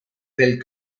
del